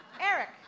Eric